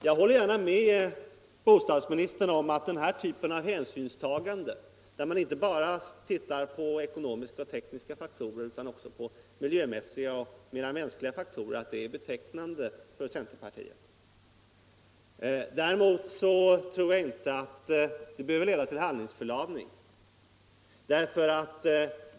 Jag håller gärna med herr bostadsministern om att den typ av hänsynstagande där man inte bara ser på ekonomiska och tekniska faktorer utan också på miljömässiga och mera mänskliga faktorer är betecknande för centerpartiet. Däremot tror jag inte att det behöver leda till handlingsförlamning.